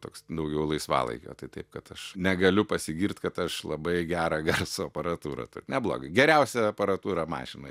toks daugiau laisvalaikio tai taip kad aš negaliu pasigirt kad aš labai gerą garso aparatūrą turiu neblogą geriausia aparatūra mašinoj